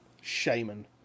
shaman